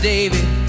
David